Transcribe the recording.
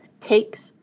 takes